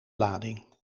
lading